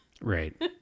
Right